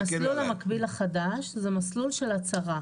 המסלול המקביל החדש זה מסלול של הצהרה.